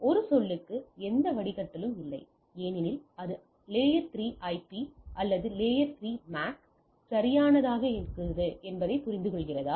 ஒரு சொல்லுக்கு எந்த வடிகட்டலும் இல்லை ஏனெனில் இது அடுக்கு 3 ஐபி அல்லது அடுக்கு 2 மேக் சரியானதா என்பதைப் புரிந்துகொள்கிறதா